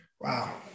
Wow